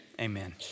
Amen